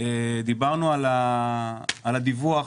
דיברנו על הדיווח